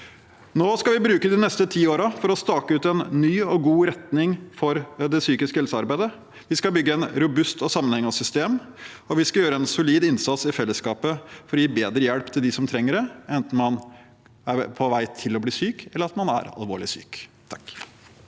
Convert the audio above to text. Nå skal vi bruke de neste ti årene på å stake ut en ny og god retning for det psykiske helsearbeidet. Vi skal bygge et robust og sammenhengende system, og vi skal i fellesskap gjøre en solid innsats for å gi bedre hjelp til dem som trenger det, enten man er på vei til å bli syk, eller man er alvorlig syk.